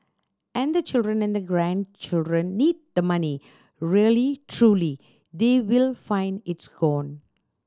and the children and grandchildren need the money really truly they will find it's gone